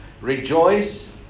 Rejoice